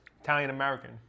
Italian-American